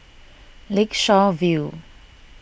Lakeshore View